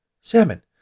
Salmon